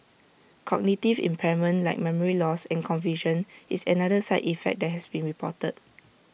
cognitive impairment like memory loss and confusion is another side effect that has been reported